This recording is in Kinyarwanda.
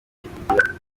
byivugira